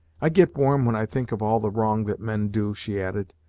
i get warm when i think of all the wrong that men do, she added,